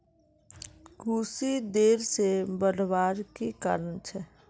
कुशी देर से बढ़वार की कारण छे?